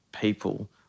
people